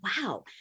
wow